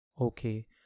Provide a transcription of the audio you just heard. Okay